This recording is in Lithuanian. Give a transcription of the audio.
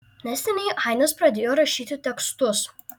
neseniai ainis pradėjo rašyti tekstus